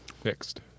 Fixed